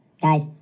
Guys